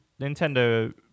Nintendo